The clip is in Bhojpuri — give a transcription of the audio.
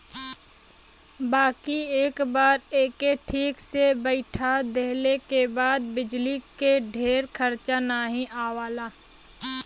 बाकी एक बार एके ठीक से बैइठा देले के बाद बिजली के ढेर खरचा नाही आवला